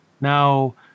Now